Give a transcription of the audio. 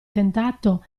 tentato